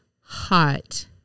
hot